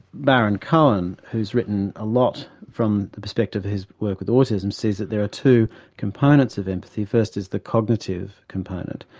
baron-cohen, who's written a lot from the perspective of his work with autism, says that there are two components of empathy. first is the cognitive component,